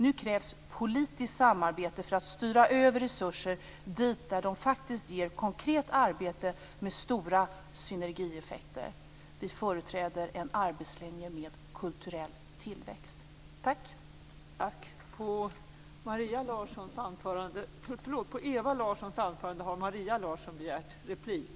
Nu krävs politiskt samarbete för att styra över resurser dit där de faktiskt ger konkret arbete med stora synergieffekter. Vi företräder en arbetslinje med kulturell tillväxt. Tack!